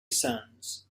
sons